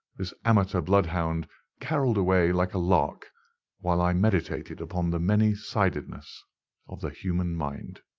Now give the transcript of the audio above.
this amateur bloodhound carolled away like a lark while i meditated upon the many-sidedness of the human mind.